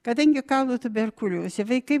kadangi kaulų tuberkulioze vaikai